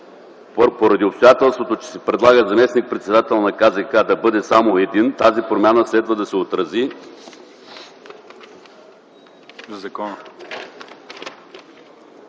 поради обстоятелството, че се предлага заместник-председателят на КЗК да бъде само един, тази промяна следва да се отрази